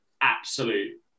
absolute